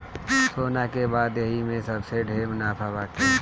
सोना के बाद यही में सबसे ढेर मुनाफा बाटे